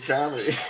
Comedy